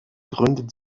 gründet